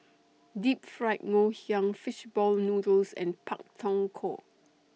Deep Fried Ngoh Hiang Fish Ball Noodles and Pak Thong Ko